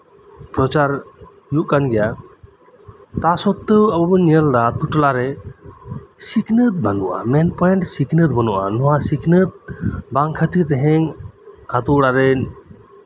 ᱯᱨᱚᱪᱟᱨ ᱦᱩᱭᱩᱜ ᱠᱟᱱ ᱜᱮᱭᱟ ᱛᱟ ᱥᱚᱛᱛᱮᱣ ᱟᱵᱚ ᱵᱚᱱ ᱧᱮᱞ ᱫᱟ ᱟᱹᱛᱩ ᱴᱚᱞᱟᱨᱮ ᱥᱤᱠᱷᱱᱟᱹᱛ ᱵᱟᱹᱱᱩᱜᱼᱟ ᱢᱮᱱ ᱯᱚᱭᱮᱱᱴ ᱥᱤᱠᱷᱱᱟᱹᱛ ᱟᱹᱠᱤᱱᱟ ᱥᱤᱠᱷᱱᱟᱹᱛ ᱵᱟᱝ ᱠᱷᱟᱹᱛᱤᱨ ᱟᱹᱛᱩ ᱚᱲᱟᱜ ᱨᱮᱱ